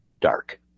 dark